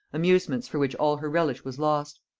amusements for which all her relish was lost.